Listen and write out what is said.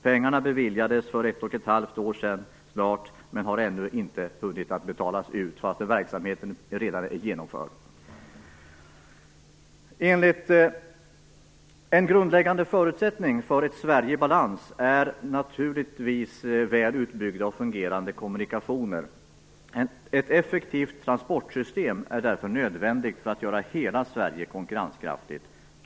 Pengarna beviljades för snart 1 1⁄2 år sedan, men har ännu inte hunnit betalas ut fastän verksamheten redan är genomförd. Ett effektivt transportsystem är därför nödvändigt för att göra hela Sverige konkurrenskraftigt.